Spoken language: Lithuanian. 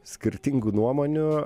skirtingų nuomonių